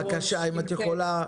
בבקשה, אם את יכולה,